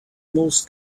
most